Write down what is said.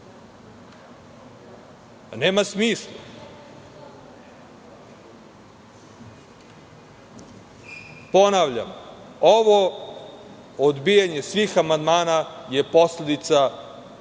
Nema smisla. Ponavljam, ovo odbijanje svih amandmana je posledica sujete